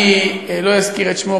אני לא אזכיר את שמו,